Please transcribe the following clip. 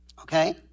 Okay